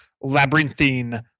labyrinthine